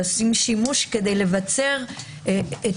עושים שימוש כדי לבצר את